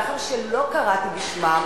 ומאחר שלא קראתי בשמם,